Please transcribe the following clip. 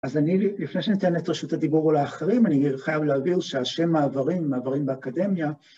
‫אז אני ל.. לפני שניתן את רשות הדיבור ‫או לאחרים, ‫אני חייב להבהיר שהשם מעברים, ‫מעברים באקדמיה...